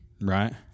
right